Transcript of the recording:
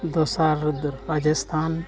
ᱫᱚᱥᱟᱨ ᱫᱚ ᱨᱟᱡᱚᱥᱛᱷᱟᱱ